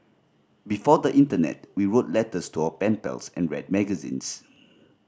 before the internet we wrote letters to our pen pals and read magazines